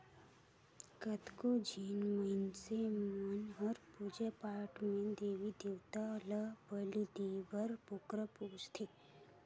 कतको झिन मइनसे मन हर पूजा पाठ में देवी देवता ल बली देय बर बोकरा पोसथे